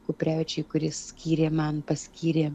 kuprevičiui kuris skyrė man paskyrė